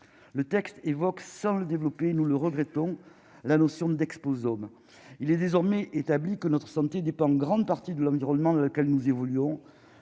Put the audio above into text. le texte évoque sans le développer, nous le regrettons la notion d'Expo somme il est désormais établi que notre santé dépend une grande partie de l'homme drôlement dans lequel nous évoluons